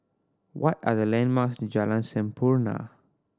what are the landmarks Jalan Sampurna